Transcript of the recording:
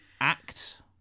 act